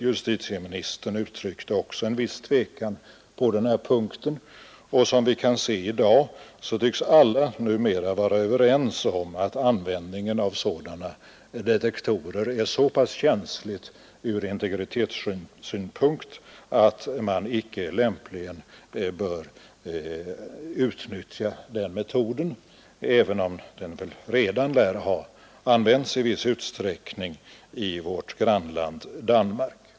Justitieministern uttryckte också en viss tvekan på den här punkten, och som vi kan se i dag tycks alla numera vara överens om att användningen av sådana detektorer är så pass känslig ur integritetsskyddssynpunkt att man icke lämpligen bör utnyttja den metoden, även om den redan lär ha använts i viss utsträckning i vårt grannland Danmark.